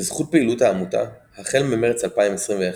בזכות פעילות העמותה, החל ממרץ 2021,